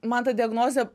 man ta diagnozė